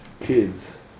kids